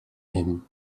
him